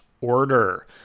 order